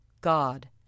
God